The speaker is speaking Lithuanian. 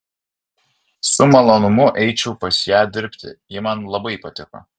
su malonumu eičiau pas ją dirbti ji man labai patiko